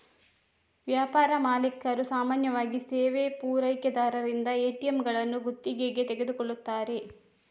ವ್ಯಾಪಾರ ಮಾಲೀಕರು ಸಾಮಾನ್ಯವಾಗಿ ಸೇವಾ ಪೂರೈಕೆದಾರರಿಂದ ಎ.ಟಿ.ಎಂಗಳನ್ನು ಗುತ್ತಿಗೆಗೆ ತೆಗೆದುಕೊಳ್ಳುತ್ತಾರೆ